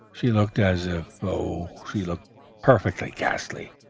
she looked as if oh, she looked perfectly ghastly!